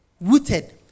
rooted